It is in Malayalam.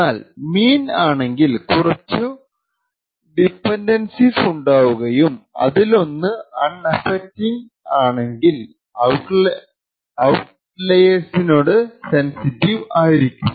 എന്നാൽ മീൻ ആണെങ്കിൽ കുറച്ചു ഡിപെൻഡൻസിസ് ഉണ്ടാവുകയും അതിലൊന്ന് അൺഅഫക്റ്റിങ് ആണെങ്കിൽ ഔട്ട്ലൈർസിനോട് സെൻസിറ്റീവ് ആയിരിക്കും